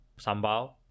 sambal